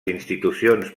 institucions